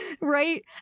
right